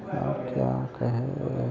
और क्या कहें